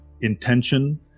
intention